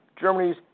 Germany's